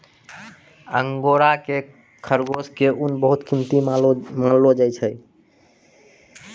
angora खरगोश के ऊन बहुत कीमती मानलो जाय छै